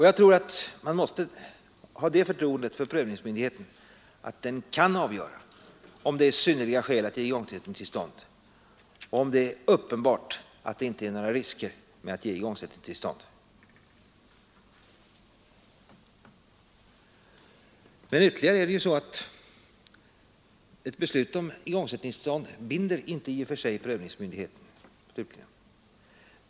Jag tror att man måste ha ett sådant förtroende för prövningsmyndigheten att man tilltror den att kunna avgöra om det finns synnerliga skäl att ge igångsättningstillstånd, om det är uppenbart att det inte finns några risker med att ge igångsättningstillstånd. Men ett beslut om igångsättningstillstånd binder inte i och för sig prövningsmyndigheten.